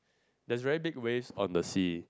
there's very big waves on the sea